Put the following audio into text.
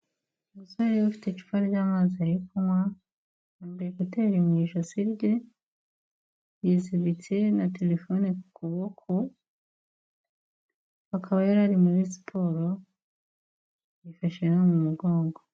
Umusore ufite icupa ry'amazi ari kunywa yambaye kuteri mu ijosi rye yizibitse na telefone ku kuboko akaba yari ari muri siporo, yifashe no mu mugongo.